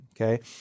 Okay